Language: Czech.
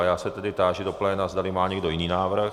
Já se tedy táži do pléna, zdali má někdo jiný návrh.